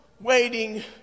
waiting